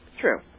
True